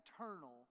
eternal